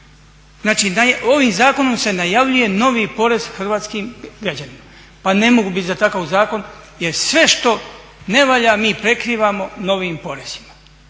Znači ovim zakonom se najavljuje novi porez hrvatskim građanima, pa ne mogu biti za takav zakon jer sve što ne valja mi prekrivamo novim porezima.